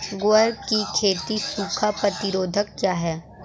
ग्वार की खेती सूखा प्रतीरोधक है क्या?